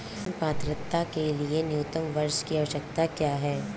ऋण पात्रता के लिए न्यूनतम वर्ष की आवश्यकता क्या है?